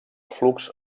flux